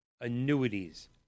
annuities